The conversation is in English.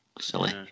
Silly